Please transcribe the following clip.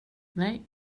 nej